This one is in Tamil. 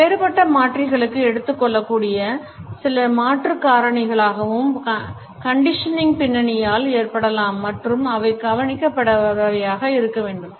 சில வேறுபட்ட மாற்றிகளுக்கு எடுத்துக் கொள்ளக்கூடிய சில மாற்றுக் காரணிகளானவை கண்டிஷனிங் பின்னணியால் ஏற்படலாம் மற்றும் அவை கவனிக்கப்படாதவையாக இருக்க வேண்டும்